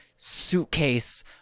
suitcase